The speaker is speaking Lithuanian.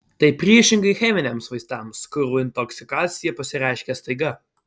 tai priešingai cheminiams vaistams kurių intoksikacija pasireiškia staiga